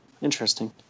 interesting